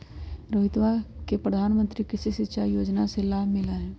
रोहितवा के प्रधानमंत्री कृषि सिंचाई योजना से लाभ मिला हई